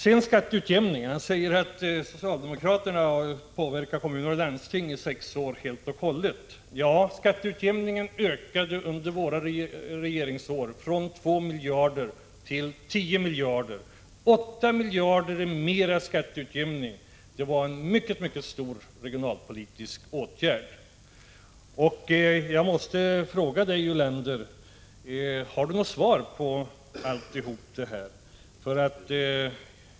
Om skatteutjämningen säger Lars Ulander att socialdemokraterna har påverkat kommuner och landsting i sex år. Ja, skatteutjämningen ökade under våra regeringsår från 2 miljarder till 10 miljarder kronor. 8 miljarder kronor mer i skatteutjämning, det var en mycket stor regionalpolitisk åtgärd. Jag måste fråga Lars Ulander om han har något svar på allt detta.